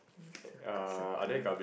let me circle circle